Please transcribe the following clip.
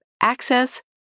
access